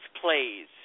plays